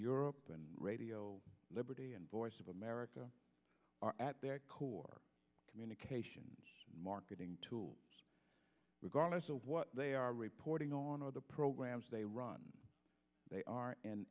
europe and radio liberty and voice of america are at their core communications marketing tool regardless of what they are reporting on or the programs they run they are